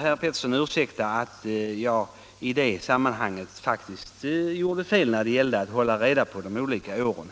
Herr Pettersson får ursäkta att jag inte riktigt höll reda på de olika åren.